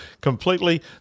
completely